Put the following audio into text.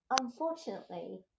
unfortunately